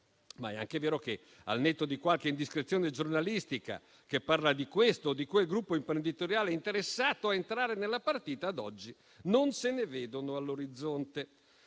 Ma è anche vero che, al netto di qualche indiscrezione giornalistica che parla di questo o di quel gruppo imprenditoriale interessato a entrare nella partita, ad oggi non se ne vedono all'orizzonte.